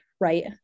right